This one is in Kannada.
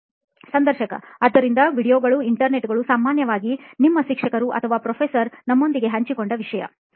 ಸಂದರ್ಶಕ ಆದ್ದರಿಂದ ವೀಡಿಯೊಗಳು internet ಸಾಮಾನ್ಯವಾಗಿ ನಿಮ್ಮ ಶಿಕ್ಷಕರು ಅಥವಾ ಪ್ರೊಫೆಸರ್ ನಿಮ್ಮೊಂದಿಗೆ ಹಂಚಿಕೊಂಡ ವಿಷಯ